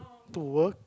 to work